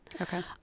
okay